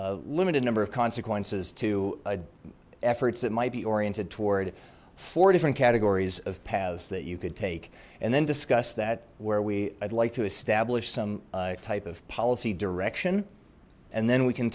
limited number of consequences to efforts that might be oriented toward four different categories of paths that you could take and then discuss that where we i'd like to establish some type of policy direction and then we can